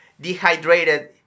dehydrated